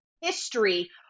history